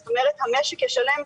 זאת אומרת המשק ישלם,